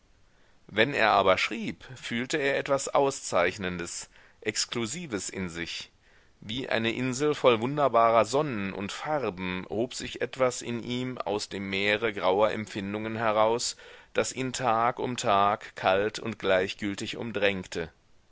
wenn er aber schrieb fühlte er etwas auszeichnendes exklusives in sich wie eine insel voll wunderbarer sonnen und farben hob sich etwas in ihm aus dem meere grauer empfindungen heraus das ihn tag um tag kalt und gleichgültig umdrängte